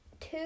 two